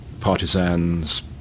partisans